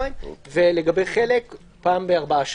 ולגבי חלק - פעם בארבעה שבועות.